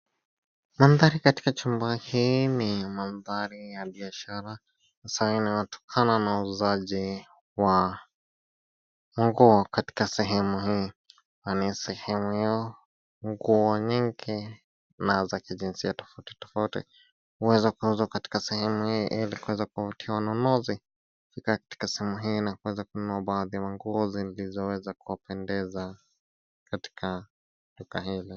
Mandhari katika chuma hii ni mandhari ya biashara masaa ingine watokana na uuzaji wa nguo katika sehemu hii na ni sehemu hiyo nguo nyingi na za kijinsia tofauti tofauti huweza kuuzwa katika sehemu hii ili kuweza kuwavutia wanunuzi katika sehemu hii na kuweza kununa baadhi ya nguo zilizoweza kuwapendeza katika duka hili.